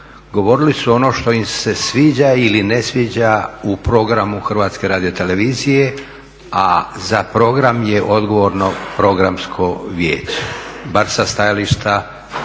govorili su ono što im se sviđa ili ne sviđa programu HRT-a, a za program je odgovorno Programsko vijeće,